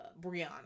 Brianna